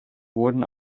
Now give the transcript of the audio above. wurden